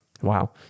Wow